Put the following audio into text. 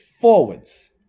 forwards